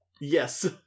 Yes